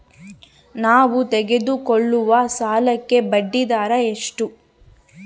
ನಾವು ತೆಗೆದುಕೊಳ್ಳುವ ಸಾಲಕ್ಕೆ ಬಡ್ಡಿದರ ಎಷ್ಟು?